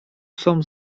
psom